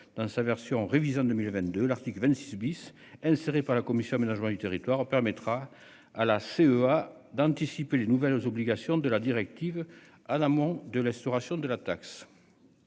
dans sa version révisée en 2022, l'article 26 Bis elle serait par la commission. La joie du territoire permettra à la CEA, d'anticiper les nouvelles aux obligations de la directive à l'amont de l'instauration de la taxe.--